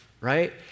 right